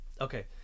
okay